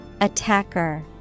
Attacker